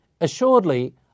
Assuredly